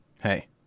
Hey